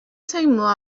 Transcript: teimlo